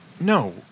no